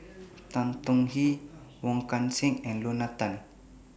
Tan Tong Hye Wong Kan Seng and Lorna Tan